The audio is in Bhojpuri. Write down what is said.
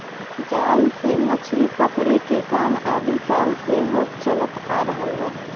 जाल से मछरी पकड़े के काम आदि काल से होत चलत आ रहल बा